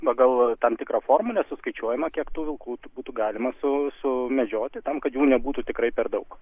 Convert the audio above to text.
pagal tam tikrą formulę suskaičiuojama kiek tų vilkų būtų galima su sumedžioti tam kad jų nebūtų tikrai per daug